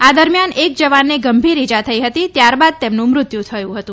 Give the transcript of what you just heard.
આ દરમ્યાન એક જવાનને ગંભીર ઈજા થઈ હતી અને ત્યારબાદ તેનું મોત નિપજ્યું હતું